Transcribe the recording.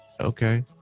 Okay